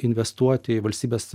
investuoti į valstybės